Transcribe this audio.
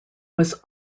was